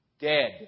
Dead